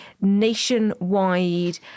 nationwide